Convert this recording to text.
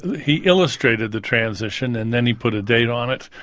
he illustrated the transition, and then he put a date on it,